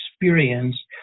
experience